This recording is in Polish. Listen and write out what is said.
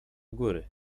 góry